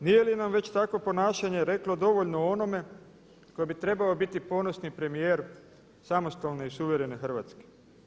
Nije li nam već takvo ponašanje reklo dovoljno o onome tko bi trebao biti ponosni premijer samostalne i suverene Hrvatske.